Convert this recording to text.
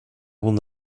will